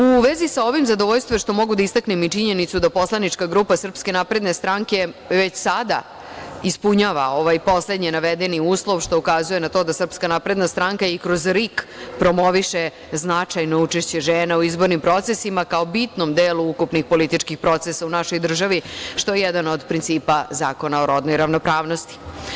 U vezi sa ovim, zadovoljstvo je što mogu da istaknem činjenicu da poslanička grupa SNS već sada ispunjava ovaj poslednje navedeni uslov, što ukazuje na to da SNS i kroz RIK promoviše značajno učešće žena u izbornim procesima, kao bitnom delu političkih procesa u našoj državi, što je jedan od principa Zakona o rodnoj ravnopravnosti.